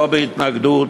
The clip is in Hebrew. לא בהתנגדות,